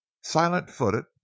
Silent-footed